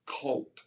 cult